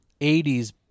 80s